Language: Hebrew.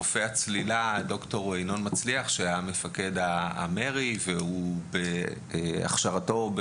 רופא הצלילה ד"ר ינון מצליח שהיה מפקד המר"י ובהכשרתו הוא